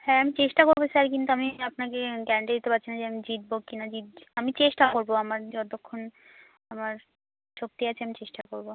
হ্যাঁ আমি চেষ্টা করবো স্যার কিন্তু আমি আপনাকে গ্যারান্টি দিতে পারছি না যে আমি জিতবো কিনা জিত আমি চেষ্টা করবো আমার যতক্ষণ আমার শক্তি আছে আমি চেষ্টা করবো